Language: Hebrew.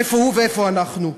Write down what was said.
איפה הוא ואיפה אנחנו,